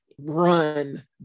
run